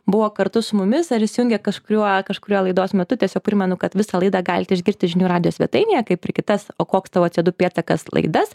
buvo kartu su mumis ar įsijungė kažkuriuo kažkuriuo laidos metu tiesiog primenu kad visą laidą galite išgirsti žinių radijo svetainėje kaip ir kitas o koks tavo cdu pėdsakas laidas